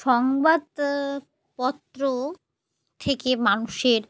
সংবাদপত্র থেকে মানুষের